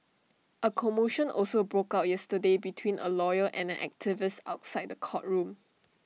A commotion also broke out yesterday between A lawyer and an activist outside the courtroom